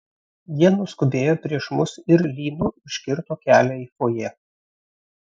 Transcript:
jie nuskubėjo prieš mus ir lynu užkirto kelią į fojė